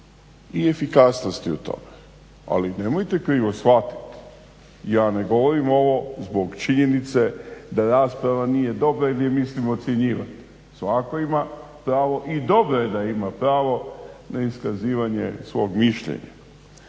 i efikasnosti u tome. Ali nemojte krivo shvatiti ja ne govorim ovo zbog činjenice da rasprava nije dobra jel je mislimo ocjenjivat. Svakako ima pravo i dobro je da ima pravo na iskazivanje svog mišljenja.